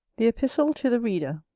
the epistle to the reader